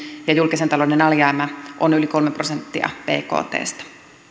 ja julkisen talouden alijäämä on yli kolme prosenttia bktstä